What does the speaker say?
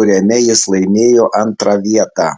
kuriame jis laimėjo antrą vietą